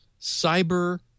cyber